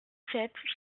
sept